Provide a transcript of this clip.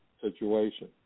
situation